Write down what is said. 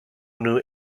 new